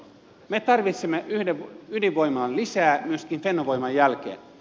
me tarvitsemme yhden ydinvoimalan lisää myöskin fennovoiman jälkeen